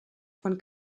von